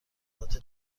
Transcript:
نقاط